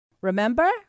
Remember